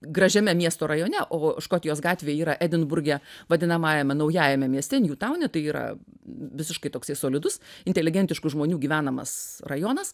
gražiame miesto rajone o škotijos gatvė yra edinburge vadinamajame naujajame mieste njutaune tai yra visiškai toksai solidus inteligentiškų žmonių gyvenamas rajonas